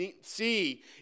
see